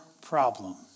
problem